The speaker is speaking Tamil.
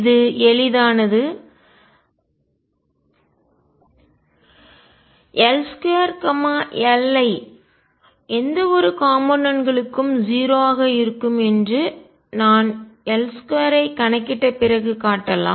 இது எளிதானது L2 Li எந்தவொரு காம்போனென்ட் களும் 0 ஆக இருக்கும் என்று நான் L2 ஐக் கணக்கிட்ட பிறகு காட்டலாம்